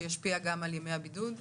שישפיע גם על ימי הבידוד.